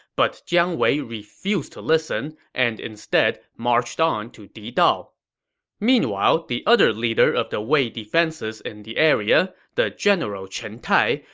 but jiang wei refused to listen and instead marched to didao meanwhile, the other leader of the wei defenses in the area, the general chen tai,